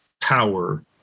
power